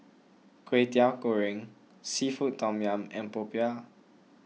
Kwetiau Goreng Seafood Tom Yum and Popiah